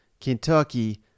Kentucky